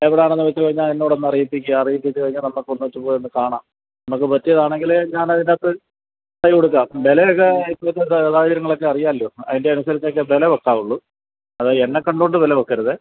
എവിടെ ആണെന്നു വച്ചുകഴിഞ്ഞാാൽ എന്നോടൊന്നു അറിയിപ്പിക്കുക അറിയിപ്പിച്ചു കഴിഞ്ഞാൽ നമുക്ക് ഒന്നിച്ചു പോയൊന്നു കാണാം നമുക്ക് പറ്റിയതാണെങ്കിൽ ഞാൻ അതിനകത്ത് ചെയ്തു കൊടുക്കാം വിലയൊക്കെ ഇപ്പോഴത്തെ സാഹചര്യങ്ങളൊക്കെ അറിയാലോ അതിൻ്റെ അനുസരിച്ചൊക്കെ വില വെക്കാവുള്ളൂ അത് എന്നെ കണ്ടു കൊണ്ട് വില വയ്ക്കരുത്